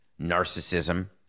narcissism